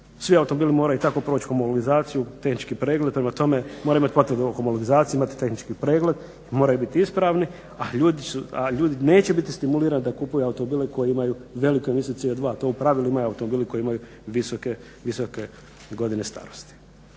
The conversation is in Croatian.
svi automobili moraju tako proći …/Govornik se ne razumije/… tehnički pregled, prema tome mora imati potvrdu o …/Govornik se ne razumije/… imati tehnički pregled, moraju bit ispravni a ljudi neće biti stimulirani da kupuju automobile koji imaju veliku emisiju CO2 a to u pravilu imaju automobili koji imaju visoke godine starosti.